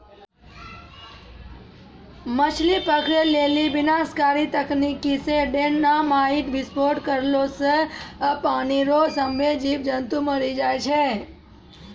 मछली पकड़ै लेली विनाशकारी तकनीकी से डेनामाईट विस्फोट करला से पानी रो सभ्भे जीब जन्तु मरी जाय छै